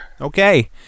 Okay